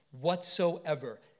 whatsoever